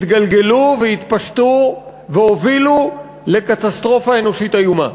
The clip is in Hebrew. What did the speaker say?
התגלגלו והתפשטו והובילו לקטסטרופה אנושית איומה.